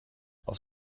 auf